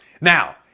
Now